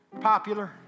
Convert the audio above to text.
popular